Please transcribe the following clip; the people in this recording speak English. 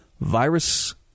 virus